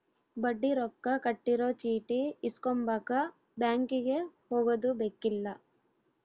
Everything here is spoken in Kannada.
ಬಡ್ಡಿ ರೊಕ್ಕ ಕಟ್ಟಿರೊ ಚೀಟಿ ಇಸ್ಕೊಂಬಕ ಬ್ಯಾಂಕಿಗೆ ಹೊಗದುಬೆಕ್ಕಿಲ್ಲ